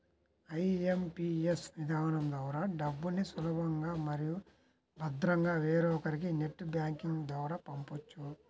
IMPS విధానం ద్వారా డబ్బుల్ని సులభంగా మరియు భద్రంగా వేరొకరికి నెట్ బ్యాంకింగ్ ద్వారా పంపొచ్చు